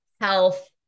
health